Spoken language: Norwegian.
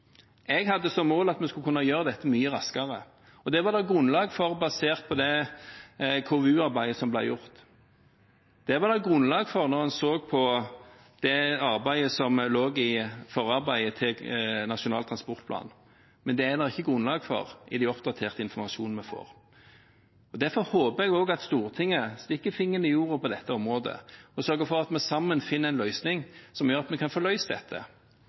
Jeg hadde som mål at vi skulle kunne gjøre dette mye raskere, og det var det grunnlag for basert på det KVU-arbeidet som ble gjort, det var det grunnlag for når en så på det arbeidet som lå i forarbeidet til Nasjonal transportplan, men det er det ikke grunnlag for i den oppdaterte informasjonen vi får. Derfor håper jeg at Stortinget stikker fingeren i jorda på dette området og sørger for at vi sammen finner en løsning som gjør at vi kan få løst dette.